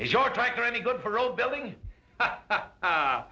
is your tank or any good parole building